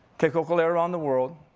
take hokule'a around the world.